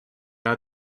out